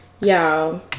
y'all